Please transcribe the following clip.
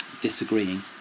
disagreeing